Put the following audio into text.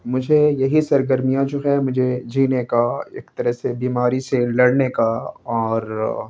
مجھے یہی سرگرمیاں جو ہیں مجھے جینے کا ایک طرح سے بیماری سے لڑنے کا اور